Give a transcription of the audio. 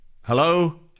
Hello